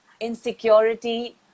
insecurity